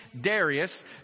Darius